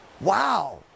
wow